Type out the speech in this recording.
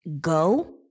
go